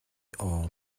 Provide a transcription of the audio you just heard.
all